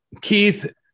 Keith